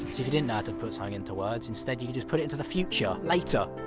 if you didn't know how to put something into words, instead you could just put it into the future! later!